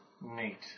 Neat